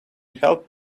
help